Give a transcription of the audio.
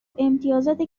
امتیازات